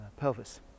pelvis